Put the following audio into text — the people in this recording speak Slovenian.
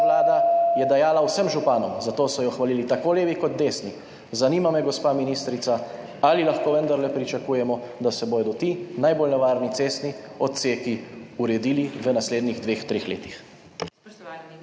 vlada je dajala vsem županom, zato so jo hvalili tako levi kot desni. Zanima me, gospa ministrica: Ali lahko vendarle pričakujemo, da se bodo ti najbolj nevarni cestni odseki uredili v naslednjih dveh, treh letih?